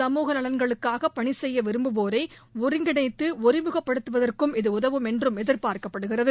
சமூக நலன்களுக்காக பணி செய்ய விரும்புவோரை ஒருங்கிணைத்து ஒருமுகப்படுத்துவதற்கும் இது உதவும் என்றும் எதிர்பார்க்கப்படுகிறது